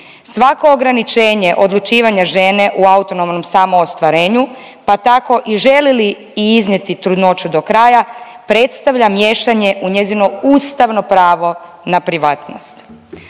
Svako ograničenje odlučivanja žene u autonomnom samoostvarenju, pa tako i želi li iznijeti trudnoću do kraja predstavlja miješanje u njezino ustavno pravo na privatnost.